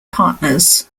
partners